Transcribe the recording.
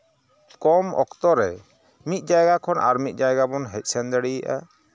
ᱠᱚᱢ ᱚᱠᱛᱚ ᱨᱮ ᱢᱤᱫ ᱡᱟᱭᱜᱟ ᱠᱷᱚᱱ ᱟᱨ ᱢᱤᱫ ᱡᱟᱭᱜᱟ ᱵᱚᱱ ᱦᱮᱡ ᱥᱮᱱ ᱫᱟᱲᱤᱭᱟᱜᱼᱟ